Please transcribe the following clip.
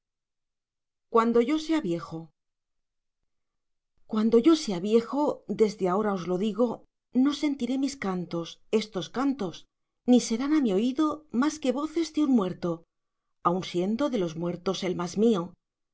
cuando yo sea viejo cuando yo sea yiejo desde ahora os lo digo no sentiré mis cantos estos cantos ni serán á mi oido más que voces de un muerto aun siendo de los muertos el más mío